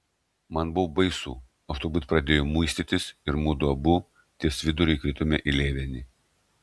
man buvo baisu aš turbūt pradėjau muistytis ir mudu abu ties viduriu įkritome į lėvenį